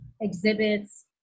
exhibits